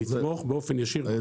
לתמוך באופן ישיר בחקלאים.